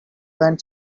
went